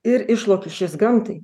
ir išlotušės gamtai